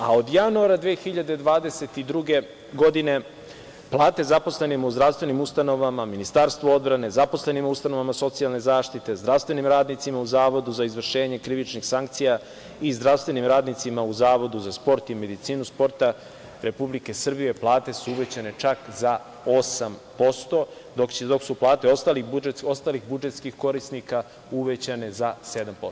A od januara 2022. godine plate zaposlenima u zdravstvenim ustanovama, Ministarstvu odbrane, zaposlenima u ustanovama socijalne zaštite, zdravstvenim radnicima u Zavodu za izvršenje krivičnih sankcija i zdravstvenim radnicima u Zavodu za sport i medicinu sporta Republike Srbije plate su uvećane čak za 8%, dok su plate ostalih budžetskih korisnika uvećane za 7%